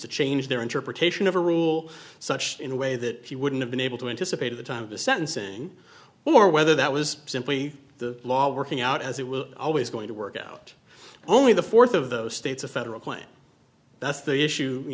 to change their interpretation of a rule such in a way that he wouldn't have been able to anticipate of the time of the sentencing or whether that was simply the law working out as it will always going to work out only the fourth of those states a federal plan that's the issue you